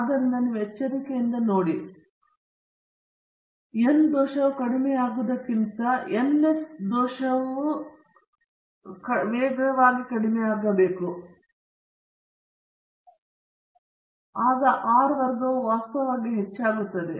ಆದ್ದರಿಂದ ನೀವು ಅದನ್ನು ಎಚ್ಚರಿಕೆಯಿಂದ ನೋಡಿದರೆ ಎನ್ ದೋಷವು ಕಡಿಮೆಯಾಗುವುದಕ್ಕಿಂತ ಎಸ್ಎಸ್ ದೋಷವು ವೇಗದಲ್ಲಿ ಕಡಿಮೆಯಾಗುತ್ತಿದ್ದರೆ ನೀವು ಇಲ್ಲಿ ಲಯರೇಖೆಯ ಒಟ್ಟಾರೆ ಅಂಶದಲ್ಲಿ ಕಡಿಮೆಯಾಗಬಹುದು ಮತ್ತು ನೀವು ಆರ್ ವರ್ಗವು ವಾಸ್ತವವಾಗಿ ಹೆಚ್ಚಾಗುತ್ತದೆ